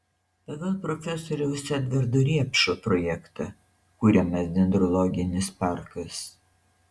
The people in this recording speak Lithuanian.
pagal profesoriaus edvardo riepšo projektą kuriamas dendrologinis parkas